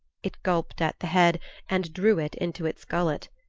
it gulped at the head and drew it into its gullet.